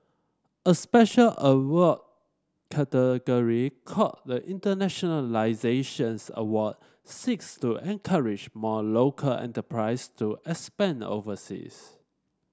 a special award category called the Internationalisation Award seeks to encourage more local enterprise to expand overseas